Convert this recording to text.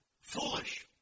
Foolish